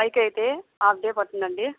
bike అయితే అఫ్ డే పడుతుందండి